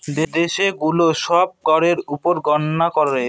দেশে গুলো সব করের উপর গননা করে